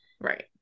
right